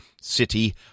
city